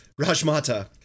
Rajmata